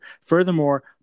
Furthermore